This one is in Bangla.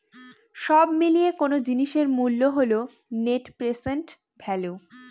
সব মিলিয়ে কোনো জিনিসের মূল্য হল নেট প্রেসেন্ট ভ্যালু